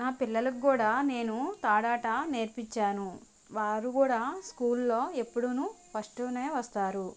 నా పిల్లలకు కూడా నేను తాడు ఆట నేర్పించాను వారు కూడా స్కూల్లో ఎప్పుడు ఫస్ట్నే వస్తారు